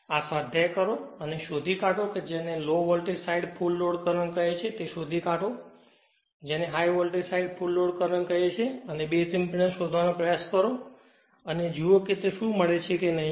આ સ્વાધ્યાય કરો અને શોધી કાઢો કે જે ને low voltage side full load current કહે છે અને તે શોધી કાઢો કે જે ને high voltage side full load current કહે છે અને બેઝ ઇંપેડન્સ શોધવાનો પ્રયાસ કરો અને જુઓ કે તેના જેવુ મળે છે કે નહીં